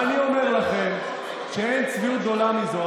ואני אומר לכם שאין צביעות גדולה מזו.